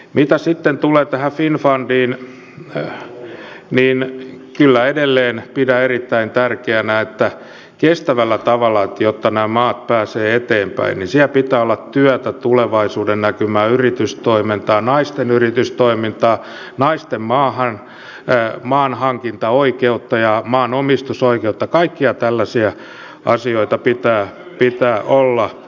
mitä tulee finnfundiin niin kyllä edelleen pidän erittäin tärkeänä että kestävällä tavalla jotta nämä maat pääsevät eteenpäin siellä pitää olla työtä tulevaisuudennäkymää yritystoimintaa naisten yritystoimintaa naisten maanhankintaoikeutta ja maanomistusoikeutta kaikkia tällaisia asioita pitää olla